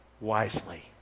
wisely